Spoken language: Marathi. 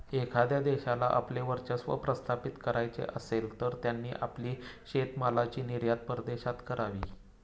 एखाद्या देशाला आपले वर्चस्व प्रस्थापित करायचे असेल, तर त्यांनी आपली शेतीमालाची निर्यात परदेशात करावी